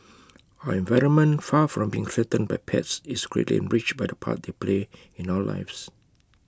our environment far from being threatened by pets is greatly enriched by the part they play in our lives